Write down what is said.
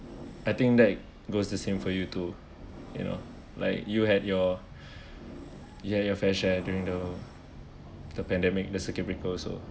I think that goes the same for you to you know like you had your you had your fair share during though the pandemic the circuit breaker also